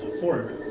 Four